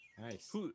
Nice